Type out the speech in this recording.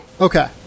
Okay